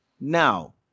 Now